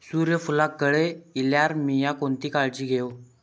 सूर्यफूलाक कळे इल्यार मीया कोणती काळजी घेव?